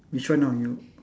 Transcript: which one now you